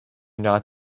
not